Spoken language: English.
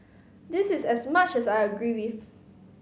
this is as much as I agree with